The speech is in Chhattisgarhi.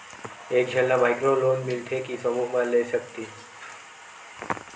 एक झन ला माइक्रो लोन मिलथे कि समूह मा ले सकती?